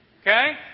Okay